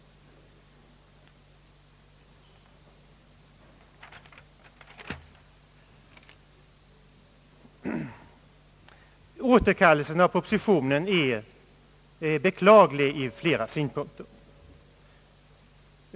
Återkallelsen av propositionen är beklaglig ur flera synpunkter.